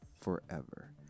forever